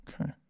Okay